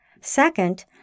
Second